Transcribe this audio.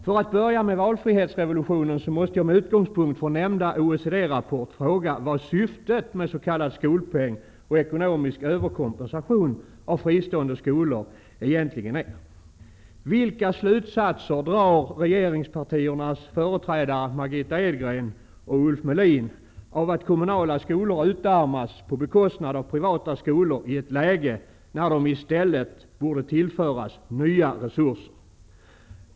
För att börja med valfrihetsrevolutionen, måste jag med utgångspunkt från nämnda OECD-rapport fråga vad syftet med s.k. skolpeng och ekonomisk överkompensation av fristående skolor egentligen är. Vilka slutsatser drar regeringspartiernas företrädare Margitta Edgren och Ulf Melin av att kommunala skolor utarmas på bekostnad av privata skolor i ett läge där de i stället borde tillföras nya resurser?